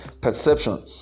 perception